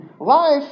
Life